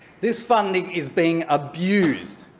this funding is being abused.